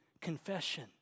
confession